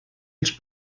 els